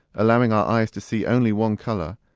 allowing our eyes to see only one colour,